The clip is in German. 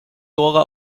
dora